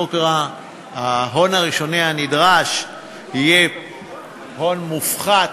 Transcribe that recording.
ההון הראשוני הנדרש יהיה הון מופחת,